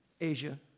Asia